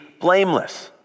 blameless